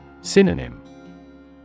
Synonym